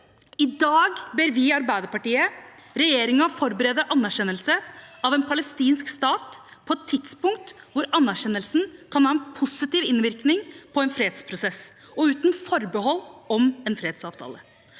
I dag ber vi i Arbeiderpartiet på Stortinget regjeringen forberede anerkjennelse av en palestinsk stat på et tidspunkt hvor anerkjennelsen kan ha en positiv innvirkning på en fredsprosess, og uten forbehold om en fredsavtale.